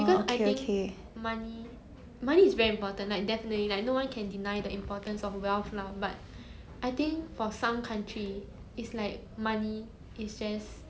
orh